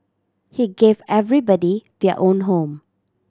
he gave everybody their own home